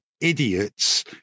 idiots